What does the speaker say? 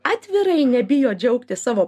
atvirai nebijo džiaugtis savo